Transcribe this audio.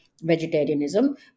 vegetarianism